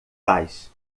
faz